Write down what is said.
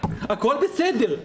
הכול בסדר.